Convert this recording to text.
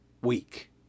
Week